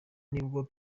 nibwo